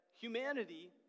humanity